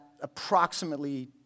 approximately